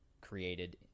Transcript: created